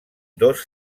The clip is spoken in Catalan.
dos